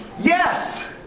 Yes